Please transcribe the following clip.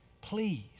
Please